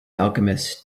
alchemist